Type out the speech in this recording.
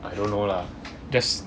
I don't know lah just